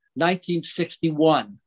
1961